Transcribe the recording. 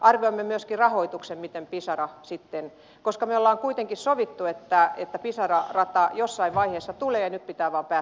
arvioimme myöskin rahoituksen koska me olemme kuitenkin sopineet että pisara rata jossain vaiheessa tulee ja nyt pitää vain päättää se aikataulu